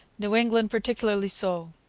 new england particularly so.